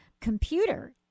computer